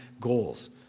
goals